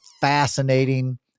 fascinating